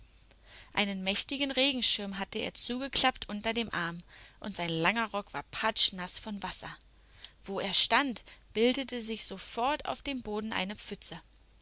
einen mächtigen regenschirm hatte er zugeklappt unter dem arm und sein langer rock war patschnaß von wasser wo er stand bildete sich sofort auf dem boden eine pfütze